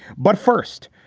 but first,